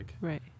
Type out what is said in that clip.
Right